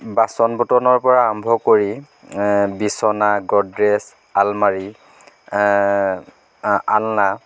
বাচন বৰ্তনৰ পৰা আৰম্ভ কৰি বিচনা গডৰেজ আলমাৰী আলনা